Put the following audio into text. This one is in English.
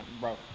bro